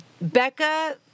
Becca